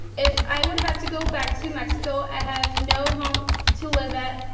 if i would have to go back to mexico i have no home to live at,